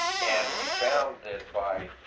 and we found that by